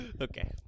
okay